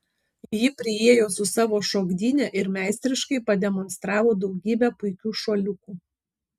ji priėjo su savo šokdyne ir meistriškai pademonstravo daugybę puikių šuoliukų